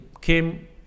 came